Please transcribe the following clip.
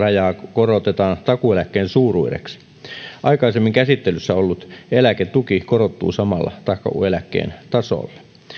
korotetaan takuueläkkeen suuruiseksi aikaisemmin käsittelyssä ollut eläketuki korottuu samalla takuueläkkeen tasolle